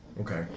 Okay